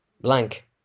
blank